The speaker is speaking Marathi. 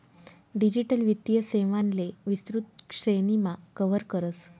डिजिटल वित्तीय सेवांले विस्तृत श्रेणीमा कव्हर करस